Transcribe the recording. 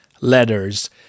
letters